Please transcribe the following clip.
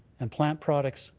and plant products,